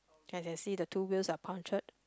can can see the two wheels are puncture